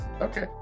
Okay